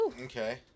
Okay